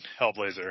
Hellblazer